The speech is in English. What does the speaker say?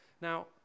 Now